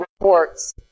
reports